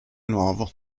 nuovo